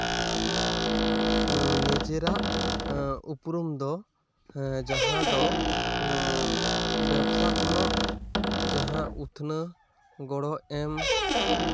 ᱦᱮᱸ ᱱᱤᱡᱮᱨᱟᱜ ᱩᱯᱨᱩᱢ ᱫᱚ ᱡᱟᱦᱟᱸ ᱫᱚ ᱵᱮᱵᱽᱥᱟ ᱠᱷᱚᱱᱟᱜ ᱡᱟᱦᱟᱸ ᱩᱛᱱᱟᱹᱣ ᱜᱚᱲᱚ ᱮᱢ